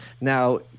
now